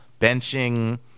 benching